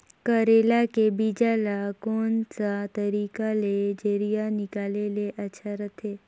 करेला के बीजा ला कोन सा तरीका ले जरिया निकाले ले अच्छा रथे?